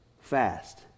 fast